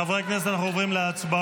חברי הכנסת, אנחנו עוברים להצבעות.